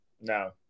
No